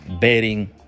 betting